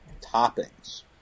toppings